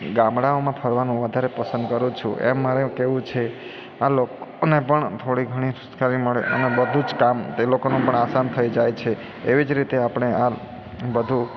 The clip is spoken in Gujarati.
ગામડાઓમાં ફરવાનું વધારે પસંદ કરું છું એમ મારે કેવું છે આ લોકોને પણ થોડી ઘણી સુખાકારી મળે અને બધું જ કામ તે લોકોનું પણ આસાન થઈ જાય છે એવી જ રીતે આપણે આ બધું